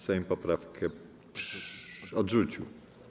Sejm poprawkę odrzucił.